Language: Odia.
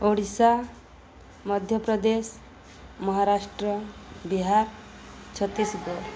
ଓଡ଼ିଶା ମଧ୍ୟପ୍ରଦେଶ ମହାରାଷ୍ଟ୍ର ବିହାର ଛତିଶଗଡ଼